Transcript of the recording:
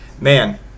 Man